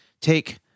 take